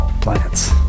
plants